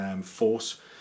force